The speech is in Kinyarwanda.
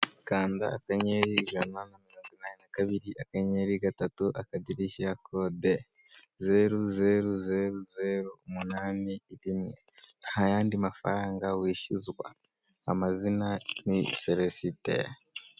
Kanda akanyenyeri ijana na mirongo inani na kabiri akenyeri gatatu akadirishya kode zeru zeru zeru zeru umunani rimwe ntayandi mafaranga wishyuzwa amazina ni celesite.